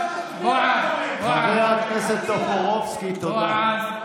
חבר הכנסת טופורובסקי, תודה.